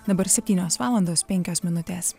dabar septynios valandos penkias minutės